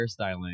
hairstyling